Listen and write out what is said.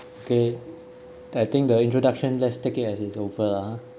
okay I think the introduction let's take it as it's over ah